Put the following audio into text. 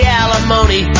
alimony